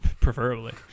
preferably